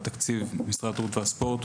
תקציב משרד הבריאות והספורט,